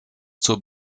zur